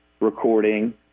recording